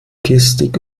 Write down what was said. gestik